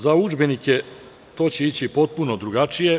Za udžbenike, to će ići potpuno drugačije.